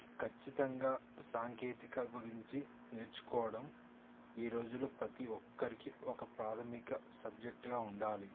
ఖచ్చితంగా సాంకేతిక గురించి నేర్చుకోవడం ఈ రోజుల్లో ప్రతి ఒక్కరికి ఒక ప్రాథమిక సబ్జెక్టుగా ఉండాలి